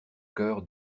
cœur